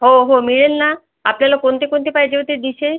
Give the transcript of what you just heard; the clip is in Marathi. हो हो मिळेल ना आपल्याला कोणते कोणते पाहिजे होते डिशे